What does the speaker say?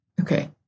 Okay